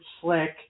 Slick